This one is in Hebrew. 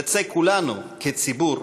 כולנו כציבור